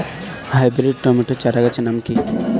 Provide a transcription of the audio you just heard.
Hybrid tomato চারাগাছের নাম কি?